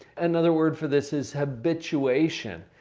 another word for this is habituation.